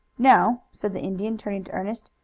now, said the indian, turning to ernest,